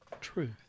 truth